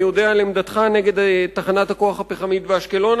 אני יודע את עמדתך נגד תחנת הכוח הפחמית באשקלון,